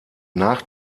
nach